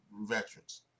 veterans